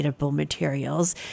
materials